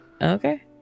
Okay